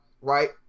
right